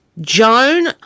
Joan